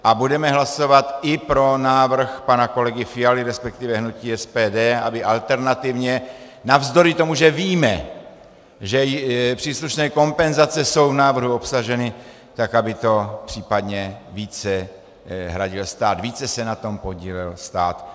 A budeme hlasovat i pro návrh pana kolegy Fialy, resp. hnutí SPD, aby alternativně navzdory tomu, že víme, že příslušné kompenzace jsou v návrhu obsaženy, tak aby to případně více hradil stát, více se na tom podílel stát.